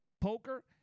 Poker